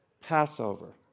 Passover